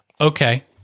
Okay